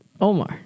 Omar